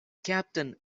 captain